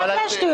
רגע,